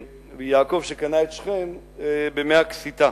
ויעקב שקנה את שכם ב-100 קשיטה.